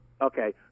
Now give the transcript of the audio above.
Okay